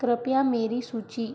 कृपया मेरी सूची